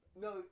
No